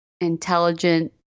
intelligent